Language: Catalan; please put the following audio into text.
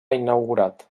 inaugurat